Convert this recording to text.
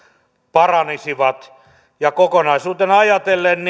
paranisivat kokonaisuutena ajatellen